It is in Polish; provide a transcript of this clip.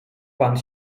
pan